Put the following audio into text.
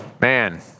man